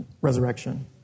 resurrection